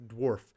dwarf